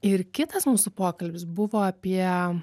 ir kitas mūsų pokalbis buvo apie